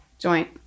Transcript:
joint